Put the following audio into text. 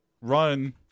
run